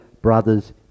brothers